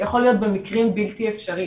יכול להיות במקרים בלתי אפשרי,